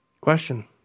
Question